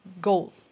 goal